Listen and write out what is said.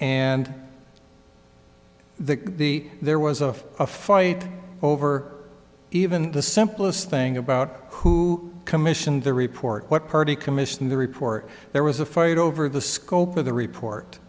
and the there was a fight over even the simplest thing about who commissioned the report what party commissioned the report there was a fight over the scope of the report